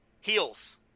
heels